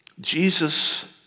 Jesus